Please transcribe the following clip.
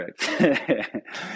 correct